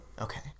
Okay